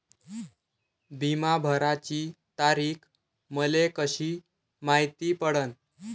बिमा भराची तारीख मले कशी मायती पडन?